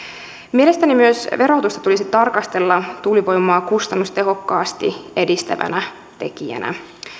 mielestäni myös verotusta tulisi tarkastella tuulivoimaa kustannustehokkaasti edistävänä tekijänä